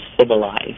civilized